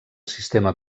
sistema